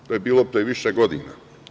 To je bilo pre više godina.